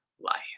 life